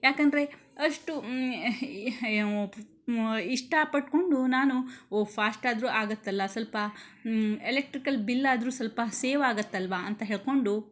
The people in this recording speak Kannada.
ಯಾಕಂದರೆ ಅಷ್ಟು ಇಷ್ಟ ಪಟ್ಟುಕೊಂಡು ನಾನು ಫಾಸ್ಟದರೂ ಆಗುತ್ತಲ್ಲ ಸ್ವಲ್ಪ ಎಲೆಕ್ಟ್ರಿಕಲ್ ಬಿಲ್ಲಾದರೂ ಸ್ವಲ್ಪ ಸೇವ್ ಆಗುತ್ತಲ್ವ ಅಂತ ಹೇಳಿಕೊಂಡು